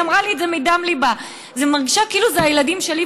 היא אמרה לי את זה מדם ליבה: אני מרגישה כאילו זה הילדים שלי,